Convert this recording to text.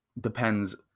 depends